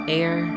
air